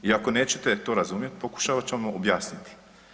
I ako nećete to razumjet pokušavat ćemo vam objasniti.